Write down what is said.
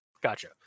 gotcha